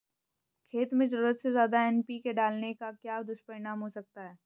खेत में ज़रूरत से ज्यादा एन.पी.के डालने का क्या दुष्परिणाम हो सकता है?